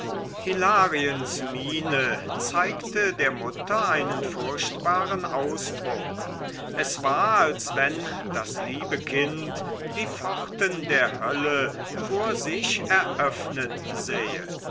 hilariens miene zeigte der mutter einen furchtbaren ausdruck es war als wenn das liebe kind die pforten der hölle vor sich eröffnet sähe